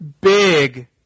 big